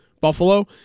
Buffalo